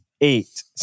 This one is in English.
eight